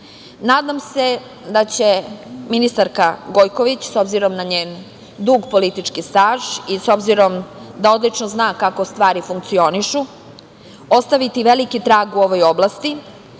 Nadam se da će ministarka Gojković, s obzirom na njen dug politički staž i s obzirom da odlično zna kako stvari funkcionišu, ostaviti veliki trag u ovoj oblasti,